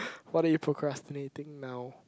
what are procrastinating now